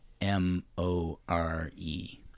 M-O-R-E